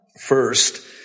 First